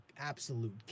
absolute